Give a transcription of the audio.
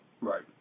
Right